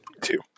Two